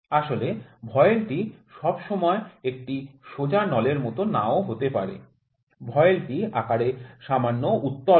আসলে ভয়েল টি সব সময় একটি সোজা নলের মতো না ও হতে পারে ভয়েল টি আকারে সামান্য উত্তল হয়